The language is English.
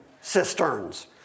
cisterns